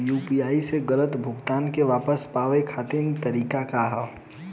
UPI से गलत भुगतान के वापस पाये के तरीका का ह?